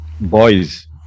Boys